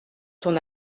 ton